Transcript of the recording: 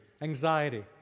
anxiety